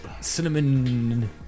Cinnamon